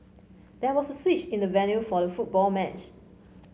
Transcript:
there was a switch in the venue for the football match